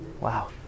Wow